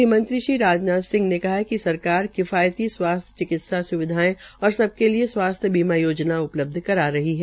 ग़हमंत्री श्रीराजनाथ सिहं ने कहा है कि सरकार किफायती स्वास्थ्य चिकित्सा स्विधा और सबके लिए स्वास्थ्य बीमा योजना उपलल्बध करा रही है